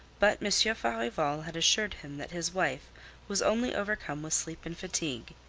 but monsieur farival had assured him that his wife was only overcome with sleep and fatigue,